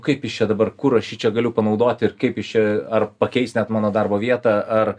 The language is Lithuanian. kaip jis čia dabar kur aš jį čia galiu panaudoti ir kaip jis čia ar pakeis net mano darbo vietą ar